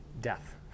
Death